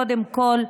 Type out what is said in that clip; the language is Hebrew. קודם כול,